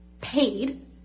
paid